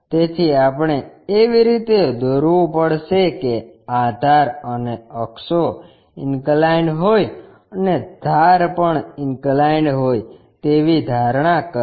તેથી આપણે એવી રીતે દોરવું પડશે કે આધાર અને અક્ષો ઇન્કલાઇન્ડ હોય અને ધાર પણ ઇન્કલાઇન્ડ હોય તેવી ધારણા કરવી